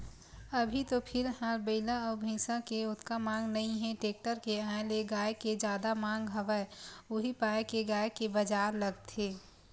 अभी तो फिलहाल बइला अउ भइसा के ओतका मांग नइ हे टेक्टर के आय ले गाय के जादा मांग हवय उही पाय के गाय के बजार लगथे